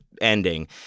ending